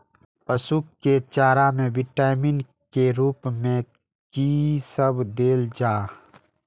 पशु के चारा में विटामिन के रूप में कि सब देल जा?